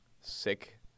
sick